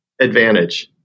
advantage